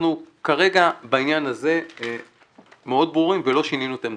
אנחנו כרגע בעניין הזה מאוד ברורים ולא שינינו את עמדתנו.